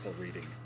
reading